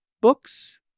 books